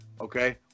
okay